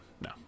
No